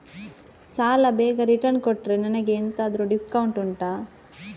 ಸಾಲ ಬೇಗ ರಿಟರ್ನ್ ಕೊಟ್ರೆ ನನಗೆ ಎಂತಾದ್ರೂ ಡಿಸ್ಕೌಂಟ್ ಉಂಟಾ